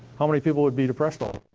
how many people would be depressed all